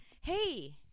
Hey